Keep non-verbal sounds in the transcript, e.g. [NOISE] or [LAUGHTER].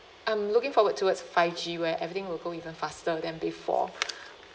I'm looking forward towards five G where everything will go even faster than before [BREATH]